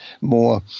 more